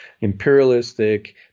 imperialistic